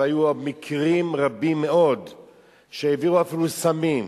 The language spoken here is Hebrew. והיו מקרים רבים מאוד שהעבירו אפילו סמים.